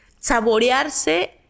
saborearse